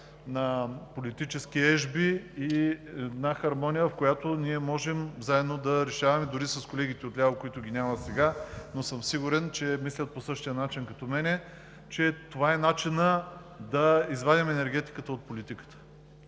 на политически ежби, една хармония, в която можем заедно да решаваме – дори с колегите отляво, които ги няма сега. Сигурен съм, че мислят по същия начин като мен – това е начинът да извадим енергетиката от политиката.